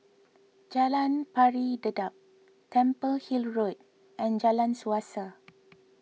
Jalan Pari Dedap Temple Hill Road and Jalan Suasa